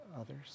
others